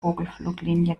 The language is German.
vogelfluglinie